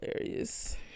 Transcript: hilarious